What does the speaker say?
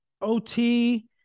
OT